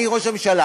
אני ראש הממשלה,